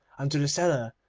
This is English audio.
and to the seller,